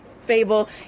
Fable